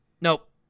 Nope